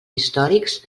històrics